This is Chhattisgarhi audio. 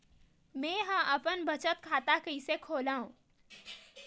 मेंहा अपन बचत खाता कइसे खोलव?